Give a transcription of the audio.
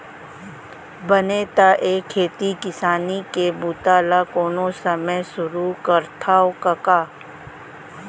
बने त ए खेती किसानी के बूता ल कोन समे सुरू करथा कका?